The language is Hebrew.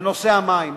בנושא המים,